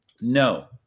No